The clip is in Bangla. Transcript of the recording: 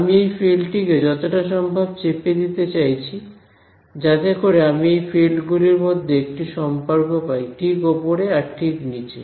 আমি এই ফিল্ড টি কে যতটা সম্ভব চেপে দিতে চাইছি যাতে করে আমি এই ফিল্ড গুলির মধ্যে একটি সম্পর্ক পাই ঠিক ওপরে আর ঠিক নিচে